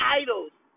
idols